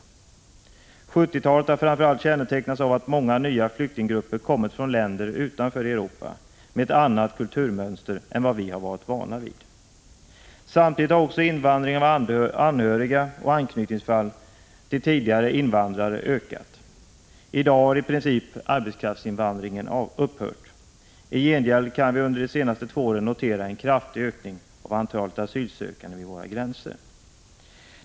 1970-talet har framför allt kännetecknats av att många nya flyktinggrupper kommit från länder utanför Europa med ett annat kulturmönster än vi varit vana vid. Samtidigt har också invandringen av anhöriga till tidigare invandrare ökat. I dag har i princip arbetskraftsinvandringen upphört. I gengäld kan vi under de senaste två åren notera en kraftig ökning av antalet asylsökande vid våra gränser.